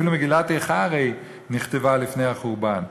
אפילו מגילת איכה הרי נכתבה לפני החורבן.